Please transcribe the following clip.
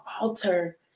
alter